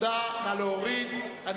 סעיף 28, לשנת 2010, נתקבל.